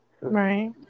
Right